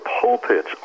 pulpits